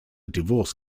divorce